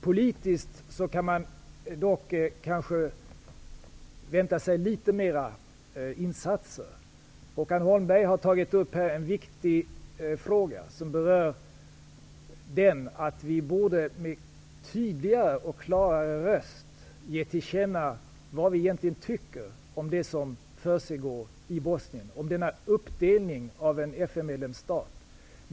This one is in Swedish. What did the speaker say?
Politiskt kan man dock kanske vänta sig litet fler insatser. Håkan Holmberg har tagit upp här en viktig fråga, nämligen den att vi med en tydligare och klarare röst borde ge till känna vad vi egentligen tycker om det som försiggår i Bosnien, om denna uppdelning av en FN-medlemsstat.